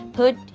put